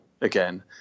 Again